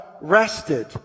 rested